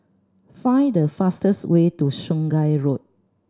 find the fastest way to Sungei Road